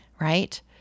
right